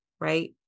right